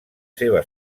seva